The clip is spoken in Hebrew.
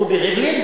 רובי ריבלין?